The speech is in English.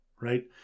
Right